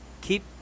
keep